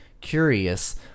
curious